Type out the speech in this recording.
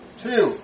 Two